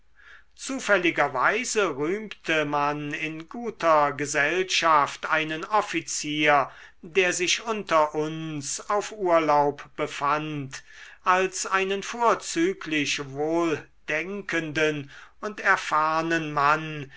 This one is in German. zufälligerweise rühmte man in guter gesellschaft einen offizier der sich unter uns auf urlaub befand als einen vorzüglich wohldenkenden und erfahrnen mann